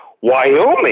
Wyoming